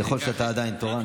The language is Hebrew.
ככל שאתה עדיין תורן.